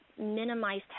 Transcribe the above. Minimize